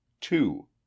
two